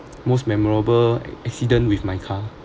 most memorable accident with my car